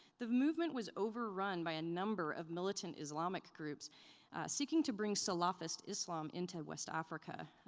the movement was overrun by a number of militant islamic groups seeking to bring salafist islam into west africa.